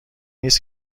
ایست